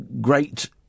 great